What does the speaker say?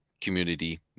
community